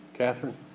Catherine